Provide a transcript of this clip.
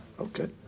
Okay